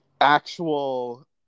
actual